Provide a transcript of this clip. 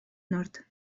nord